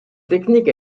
technique